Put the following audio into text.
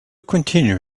continue